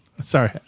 Sorry